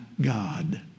God